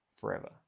forever